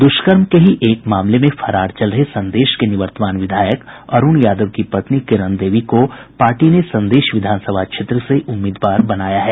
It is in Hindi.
दुष्कर्म के ही एक मामले में फरार चल रहे संदेश के निवर्तमान विधायक अरूण यादव की पत्नी किरण देवी को पार्टी ने संदेश विधानसभा क्षेत्र से उम्मीदवार बनाया है